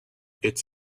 it’s